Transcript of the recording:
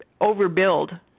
overbuild